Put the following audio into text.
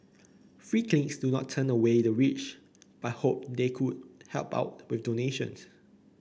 free clinics do not turn away the rich but hope they would help out with donations